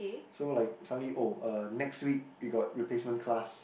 so like suddenly oh uh next week we got replacement class